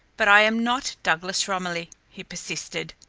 but i am not douglas romilly, he persisted.